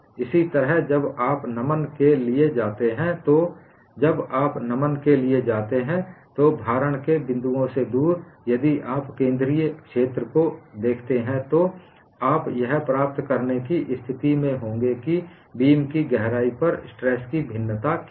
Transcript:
इसी तरह जब आप नमन के लिए जाते हैं जब आप नमन के लिए जाते हैं तो भारण के बिंदुओं से दूर यदि आप केंद्रीय क्षेत्र को देखते हैं तो आप यह प्राप्त करने की स्थिति में होंगे कि बीम की गहराई पर स्ट्रेस की भिन्नता क्या है